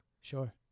sure